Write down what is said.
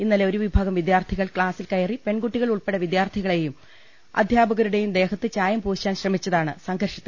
ഇന്നലെ ഒരു വിഭാഗം വിദ്യാർത്ഥികൾ ക്ലാസിൽ കയറി പെൺകുട്ടികൾ ഉൾപ്പെടെ വിദ്യാർത്ഥികളുടെയും അധ്യാപ കരുടെയും ദേഹത്ത് ചായം പൂശാൻ ശ്രമിച്ചതാണ് സംഘർഷത്തി ൽ കലാശിച്ചത്